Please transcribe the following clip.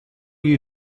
you